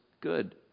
good